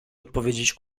odpowiedzieć